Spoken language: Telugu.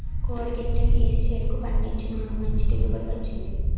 కోడి గెత్తెం ఏసి చెరుకు పండించినాను మంచి దిగుబడి వచ్చింది